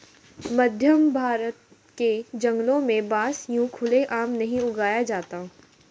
मध्यभारत के जंगलों में बांस यूं खुले आम नहीं उगाया जाता